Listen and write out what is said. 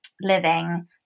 living